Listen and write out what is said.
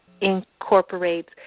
incorporates